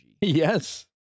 Yes